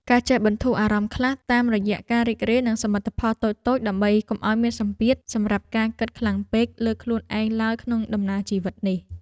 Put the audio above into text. ការចេះបន្ធូរអារម្មណ៍ខ្លះតាមរយៈការរីករាយនឹងសមិទ្ធផលតូចៗដើម្បីកុំឱ្យមានសម្ពាធសម្រាប់ការគិតខ្លាំងពេកលើខ្លួនឯងឡើយក្នុងដំណើរជីវិតនេះ។